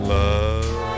love